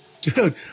Dude